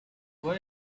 what